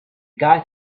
guy